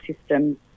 system